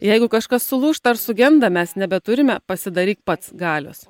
jeigu kažkas sulūžta ar sugenda mes nebeturime pasidaryk pats galios